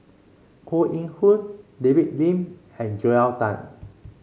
Koh Eng Hoon David Lim and Joel Tan